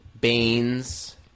Baines